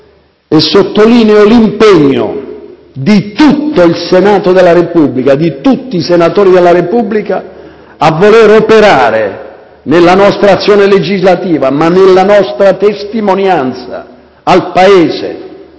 e sottolineo l'impegno del Senato della Repubblica, di tutti i senatori della Repubblica, a voler operare nell'azione legislativa, nella nostra testimonianza al Paese,